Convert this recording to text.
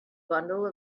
bundle